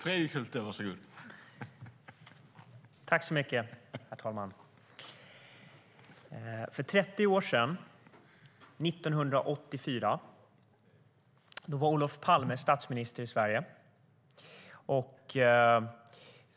Herr talman! För 30 år sedan, 1984, var Olof Palme statsminister i Sverige.